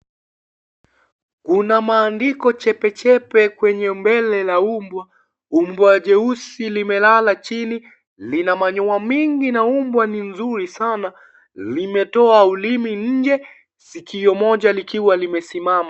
Kuna maandiko chepe chepe kwenye mbele ya mbwa. Mbwa jeusi limelala chini lina manyoa mengi na mbwa ni nzuri sana limetoa ulimi nje sikio moja likiwa limesimama.